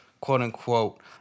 quote-unquote